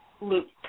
loop